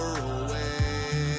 away